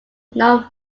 known